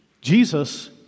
Jesus